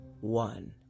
one